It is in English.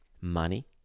money